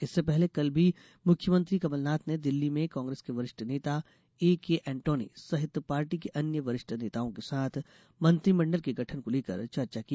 इससे पहले कल भी मख्यमंत्री कमलनाथ ने दिल्ली में कांग्रेस के वरिष्ठ नेता ए के एंटोनी सहित पार्टी के अन्य वरिष्ठ नेताओं के साथ मंत्रिमंडल के गठन को लेकर चर्चा की